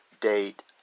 date